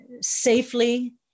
safely